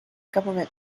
government